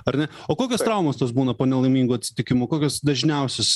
ar ne o kokios traumos tos būna po nelaimingų atsitikimų kokios dažniausios